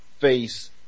face